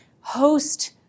host